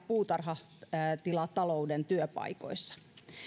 puutarhatilatalouden työpaikoissa